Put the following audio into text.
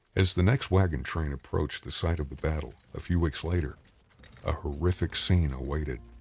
as the next wagon train approached the site of the battle a few weeks later a horrific scene awaited.